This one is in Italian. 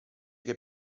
che